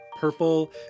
purple